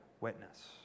witness